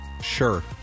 Sure